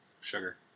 Sugar